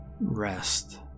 rest